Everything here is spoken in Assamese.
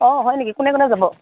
অ হয় নেকি কোনে কোনে যাব